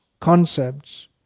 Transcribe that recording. concepts